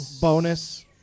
bonus